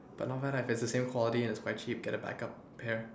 but not bad ah if it's the same quality and it's quite cheap get a backup here